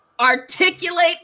articulate